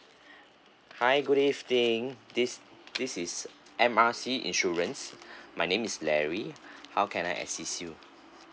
hi good evening this this is M_R_C insurance my name is larry how can I assist you